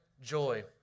joy